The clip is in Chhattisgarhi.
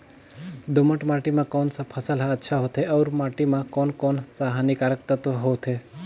दोमट माटी मां कोन सा फसल ह अच्छा होथे अउर माटी म कोन कोन स हानिकारक तत्व होथे?